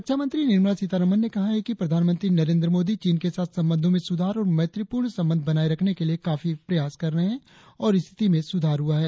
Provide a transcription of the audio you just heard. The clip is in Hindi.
रक्षा मंत्री निर्मला सीतारमन ने कहा है कि प्रधानमंत्री नरेंद्र मोदी चीन के साथ संबंधों में सुधार और मैत्रीपूर्ण संबंध बनाये रखने के लिए काफी प्रयास कर रहे हैं और स्थिति में सुधार हुआ है